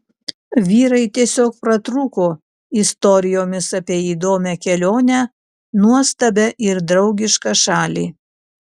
vyrai tiesiog pratrūko istorijomis apie įdomią kelionę nuostabią ir draugišką šalį